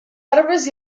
arbres